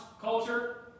culture